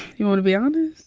you want to be honest?